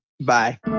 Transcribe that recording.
Bye